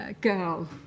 ..girl